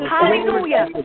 Hallelujah